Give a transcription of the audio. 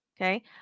Okay